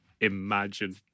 Imagine